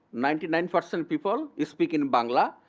ninety nine percent people, is speaking bang law,